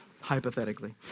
hypothetically